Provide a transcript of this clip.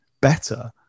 better